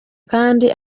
kandi